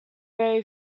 very